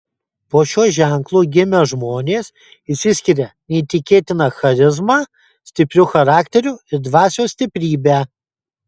po šiuo ženklu gimę žmonės išsiskiria neįtikėtina charizma stipriu charakteriu ir dvasios stiprybe